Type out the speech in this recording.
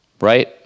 right